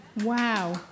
Wow